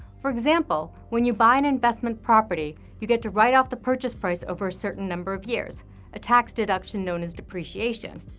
for example, when you buy an investment property, you get to write off the purchase price over a certain number of years a tax deduction known as depreciation.